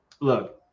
Look